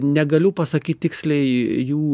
negaliu pasakyt tiksliai jų